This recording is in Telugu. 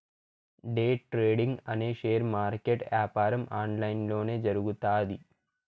డే ట్రేడింగ్ అనే షేర్ మార్కెట్ యాపారం ఆన్లైన్ లొనే జరుగుతాది